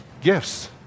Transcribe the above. gifts